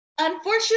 Unfortunately